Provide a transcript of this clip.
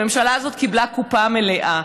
הממשלה הזאת קיבלה קופה מלאה,